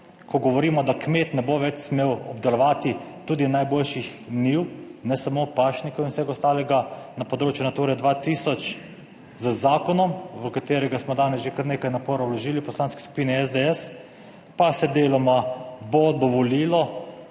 ko govorimo, da kmet ne bo več smel obdelovati tudi najboljših njiv, ne samo pašnikov in vsega ostalega na področju Nature 2000, z zakonom, v katerega smo danes že kar nekaj naporov vložili v Poslanski skupini SDS, pa se deloma bo dovolilo,